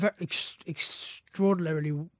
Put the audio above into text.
extraordinarily